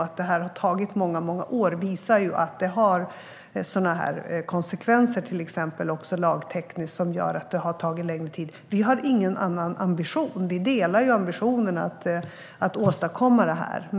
Att det har tagit många år visar ju att det har lagtekniska konsekvenser som gör att det har tagit längre tid. Vi har ingen annan ambition utan delar önskan att åstadkomma detta.